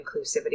inclusivity